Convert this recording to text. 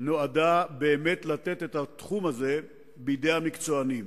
נועדה לתת את התחום הזה בידי מקצוענים.